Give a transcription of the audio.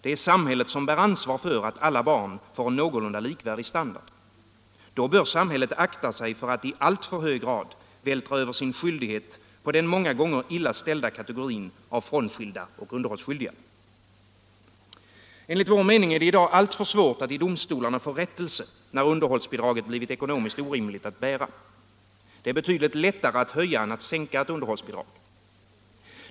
Det är samhället som bär ansvar för att alla barn får en någorlunda likvärdig standard. Då bör samhället akta sig för att i alltför hög grad vältra över sin skyldighet på den många gånger illa ställda kategorin av frånskilda och underhållsskyldiga. Enligt vår mening är det i dag alltför svårt att i domstolarna få rättelse, när underhållsbidraget har blivit ekonomiskt orimligt att bära. Det är betydligt lättare att höja än att sänka ett underhållsbidrag.